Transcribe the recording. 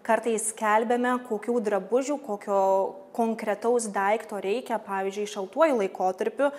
kartais skelbiame kokių drabužių kokio konkretaus daikto reikia pavyzdžiui šaltuoju laikotarpiu